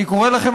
אני קורא לכם,